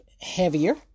heavier